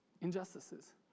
injustices